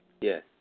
Yes